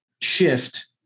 shift